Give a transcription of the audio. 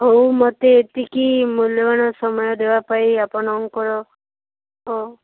ହଉ ମୋତେ ଏତିକି ମୂଲ୍ୟବାନ ସମୟ ଦେବା ପାଇଁ ଆପଣଙ୍କର